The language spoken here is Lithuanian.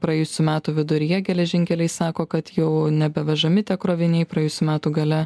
praėjusių metų viduryje geležinkeliai sako kad jau nebevežami tie kroviniai praėjusių metų gale